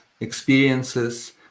experiences